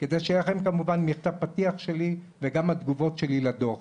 כדי שיהיה לכם את הפתיח שלי וגם התגובות שלי לדו"ח.